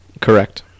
correct